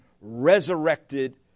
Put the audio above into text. resurrected